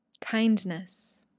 kindness